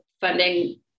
funding